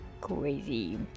crazy